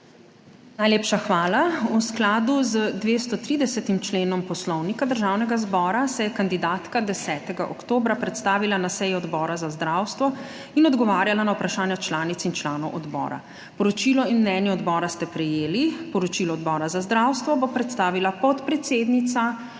Najlepša hvala. V skladu z 230. členom Poslovnika državnega zbora, se je kandidatka 10. oktobra predstavila na seji Odbora za zdravstvo in odgovarjala na vprašanja članic in članov odbora. Poročilo in mnenje odbora ste prejeli, poročilo Odbora za zdravstvo bo predstavila podpredsednica